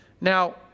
Now